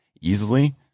easily